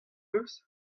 eus